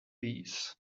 bees